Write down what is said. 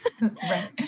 Right